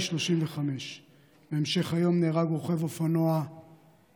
35. בהמשך היום נהרג רוכב אופנוע נוסף,